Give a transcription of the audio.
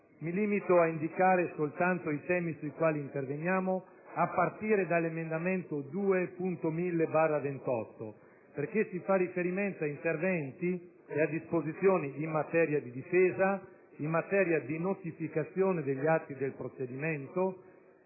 Mi limito ad indicare soltanto i temi sui quali interveniamo, partendo proprio dall'emendamento 2.1000/28: si fa riferimento ad interventi e a disposizioni in materia di difesa e di notificazione degli atti del procedimento;